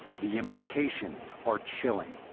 the implications are chilling.